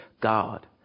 God